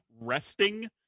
resting